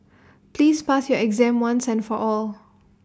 please pass your exam once and for all